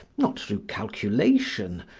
not through calculation,